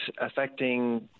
affecting